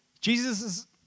Jesus